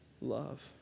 love